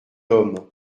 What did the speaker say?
homme